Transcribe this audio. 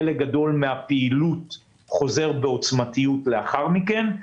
חלק גדול מן הפעילות חוזר בעוצמה לאחר מכן.